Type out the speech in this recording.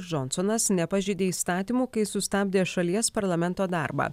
džonsonas nepažeidė įstatymų kai sustabdė šalies parlamento darbą